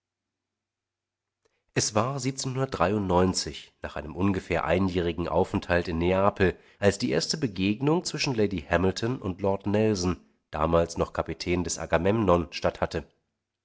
es war nach einem ungefähr einjährigen aufenthalt in neapel als die erste begegnung zwischen lady hamilton und lord nelson damals noch kapitän des